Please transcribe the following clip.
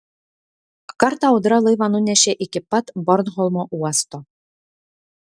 kartą audra laivą nunešė iki pat bornholmo uosto